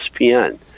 ESPN